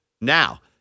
Now